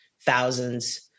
thousands